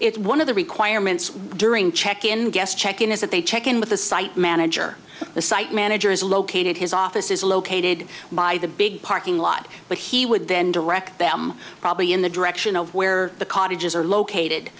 it's one of the requirements during check in guest check in is that they check in with the site manager the site manager is located his office is located by the big parking lot but he would then direct them probably in the direction of where the cottages are located